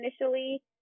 initially